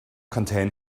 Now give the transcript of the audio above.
contain